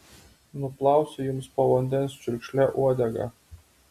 nuplausiu jums po vandens čiurkšle uodegą